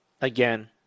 again